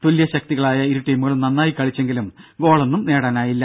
തുല്യശക്തികളായ ഇരുടീമുകളും നന്നായി കളിച്ചെങ്കിലും ഗോളൊന്നും നേടാനായില്ല